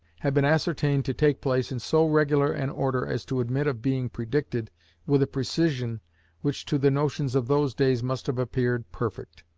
had been ascertained to take place in so regular an order as to admit of being predicted with a precision which to the notions of those days must have appeared perfect.